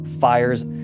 fires